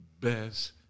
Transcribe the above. best